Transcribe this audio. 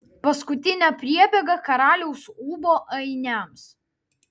paskutinė priebėga karaliaus ūbo ainiams